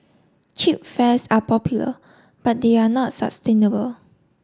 cheap fares are popular but they are not sustainable